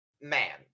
man